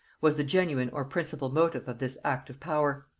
was the genuine or principal motive of this act of power.